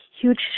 huge